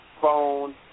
phone